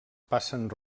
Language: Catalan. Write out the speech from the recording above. passen